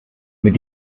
mit